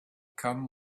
come